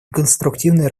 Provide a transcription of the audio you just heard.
конструктивной